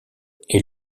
est